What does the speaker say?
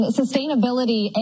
sustainability